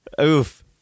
Oof